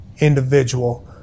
individual